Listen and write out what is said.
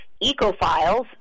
eco-files